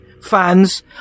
fans